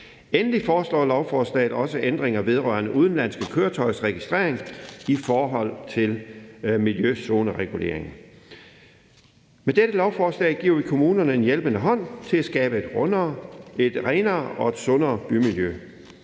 Endelig foreslår vi med lovforslaget også ændringer vedrørende registrering af udenlandske køretøjer i forhold til miljøzonerreguleringen. Med dette lovforslag giver vi kommunerne en hjælpende hånd til at skabe et grønnere, et renere og et sundere bymiljø,